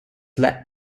led